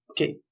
Okay